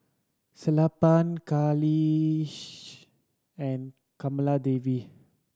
Sellapan Kailash and Kamaladevi